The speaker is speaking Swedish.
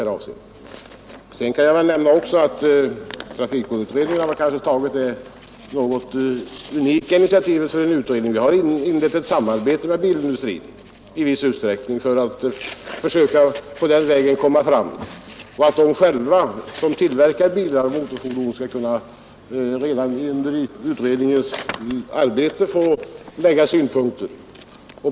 Jag kan nämna att trafikbullerutredningen tagit ett unikt initiativ för en utredning. Vi har inlett samarbete med bilindustrin i viss utsträckning för att försöka på den vägen komma fram, så att de som tillverkar bilar och motorfordon skall kunna redan under utredningens arbete framlägga synpunkter.